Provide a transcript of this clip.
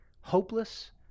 Hopeless